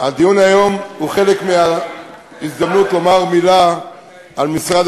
הדיון היום הוא חלק מההזדמנות לומר מילה על משרד